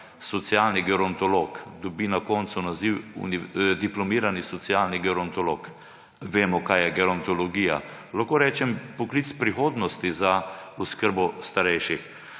socialni gerontolog in dobi na koncu naziv diplomirani socialni gerontolog. Vemo, kaj je gerontologija. Lahko rečem poklic prihodnosti za oskrbo starejših.